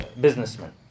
businessman